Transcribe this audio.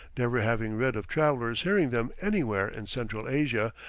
never having read of travellers hearing them anywhere in central asia,